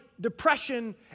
depression